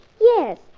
Yes